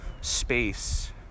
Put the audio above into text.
space